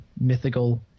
mythical